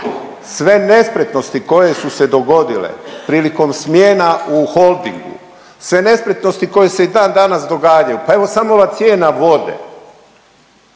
sve nespretnosti koje su se dogodile prilikom smjena u Holdingu, sve nespretnosti koje se i dan danas događaju, pa evo samo vam cijena vode.